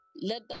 let